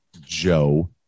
Joe